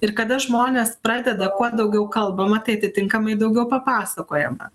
ir kada žmonės pradeda kuo daugiau kalbama tai atitinkamai daugiau papasakojama